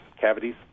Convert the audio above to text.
cavities